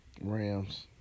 Rams